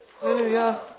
Hallelujah